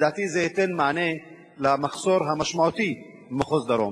לדעתי, זה ייתן מענה למחסור המשמעותי במחוז דרום.